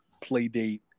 Playdate